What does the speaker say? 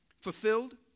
fulfilled